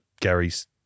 Gary's